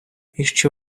іще